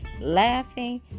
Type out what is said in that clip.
laughing